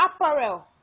apparel